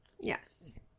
Yes